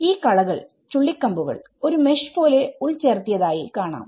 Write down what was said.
ഈ കളകൾ ചുള്ളിക്കമ്പുകൾ ഒരു മെഷ് പോലെ ഉൾചേർത്തിയതായി കാണാം